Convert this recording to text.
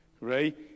Right